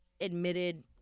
admitted